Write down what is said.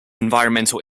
environmental